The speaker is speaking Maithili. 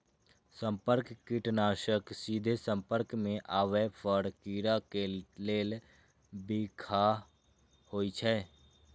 संपर्क कीटनाशक सीधे संपर्क मे आबै पर कीड़ा के लेल बिखाह होइ छै